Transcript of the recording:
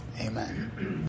Amen